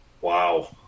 wow